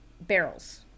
barrels